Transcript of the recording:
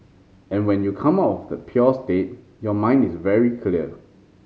and when you come off the state your mind is very clear